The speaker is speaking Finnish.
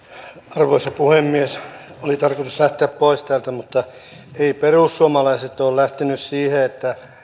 arvoisa puhemies oli tarkoitus lähteä pois täältä eivät perussuomalaiset ole lähteneet siihen että